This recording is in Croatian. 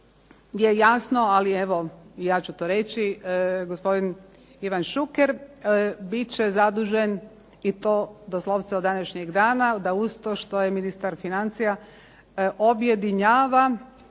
je jasno ali evo ja ću to reći. Gospodin Ivan Šuker bit će zadužen i to doslovce od današnjeg dana da uz to što je ministar financija, objedinjava